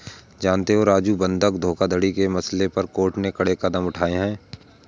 जानते हो राजू बंधक धोखाधड़ी के मसले पर कोर्ट ने कड़े कदम उठाए हैं